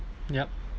yup